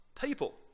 people